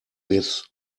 this